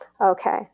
Okay